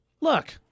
look